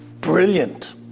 Brilliant